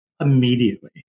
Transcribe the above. immediately